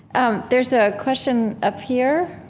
um, there's a question up here